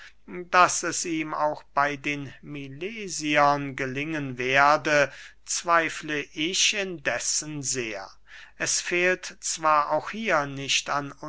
daß es ihm auch bey den milesiern gelingen werde zweifle ich indessen sehr es fehlt zwar auch hier nicht an